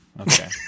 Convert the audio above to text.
Okay